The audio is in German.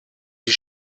die